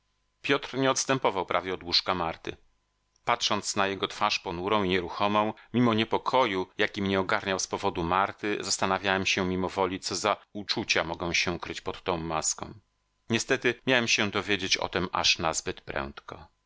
piotr nie odstępował prawie od łóżka marty patrząc na jego twarz ponurą i nieruchomą mimo niepokoju jaki mnie ogarniał z powodu marty zastanawiałem się mimowoli co za uczucia mogą się kryć pod tą maską niestety miałem się dowiedzieć o tem aż nazbyt prędko